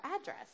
address